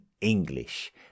English